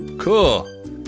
Cool